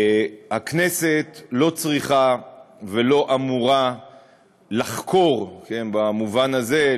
הכנסת לא צריכה ולא אמורה לחקור במובן הזה.